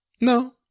No